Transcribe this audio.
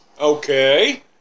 Okay